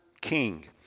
king